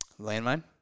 Landmine